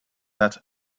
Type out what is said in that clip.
that